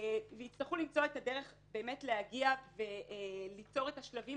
יהיה צורך למצוא דרך באמת להגיע וליצור את השלבים